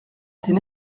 était